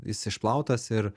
jis išplautas ir